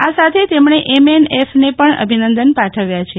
આ સાથે તેમને એમ એન એફ ને પણ અભિનંદન પાઠવ્યા છે